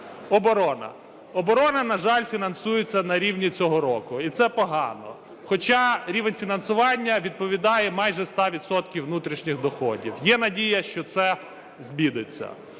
Оборона. Оборона, на жаль, фінансується на рівні цього року, і це погано. Хоча рівень фінансування відповідає майже ста відсоткам внутрішніх доходів. Є надія, що це зміниться.